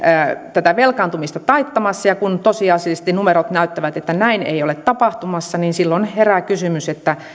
tätä velkaantumista taittamassa ja kun tosiasiallisesti numerot näyttävät että näin ei ole tapahtumassa niin silloin herää kysymys